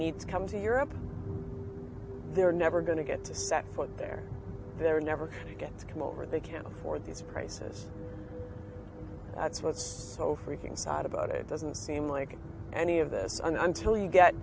need to come to europe they're never going to get to step foot there they're never again to come over they can't afford these prices that's what's so freaking sad about it doesn't seem like any of this on until you get